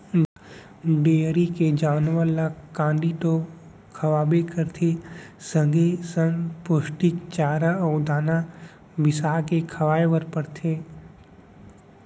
dairy के जानवर ल कांदी तो खवाबे करबे संगे संग पोस्टिक चारा अउ दाना बिसाके खवाए बर परथे